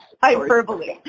Hyperbole